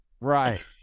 Right